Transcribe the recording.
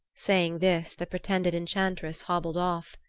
saying this the pretended enchantress hobbled off.